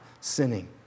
sinning